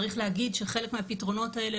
צריך להגיד שחלק מהפתרונות האלה,